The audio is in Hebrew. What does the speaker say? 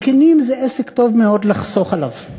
זקנים זה עסק טוב מאוד לחסוך עליו,